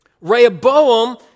Rehoboam